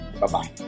Bye-bye